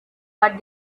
but